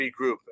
regroup